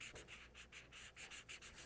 for